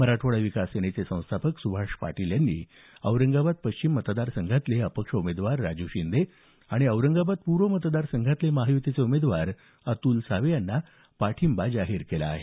मराठवाडा विकास सेनेचे संस्थापक सुभाष पाटील यांनी औरंगाबाद पश्चिम मतदार संघाचे अपक्ष उमेदवार राजू शिंदे आणि औरंगाबाद पूर्व मतदारसंघातले महायुतीचे उमदेवार अतुल सावे यांना पाठिंबा जाहीर केला आहे